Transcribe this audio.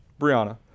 Brianna